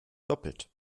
doppelt